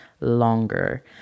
longer